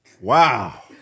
Wow